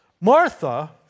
Martha